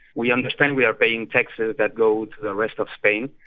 we understand we are paying taxes that go to the rest of spain,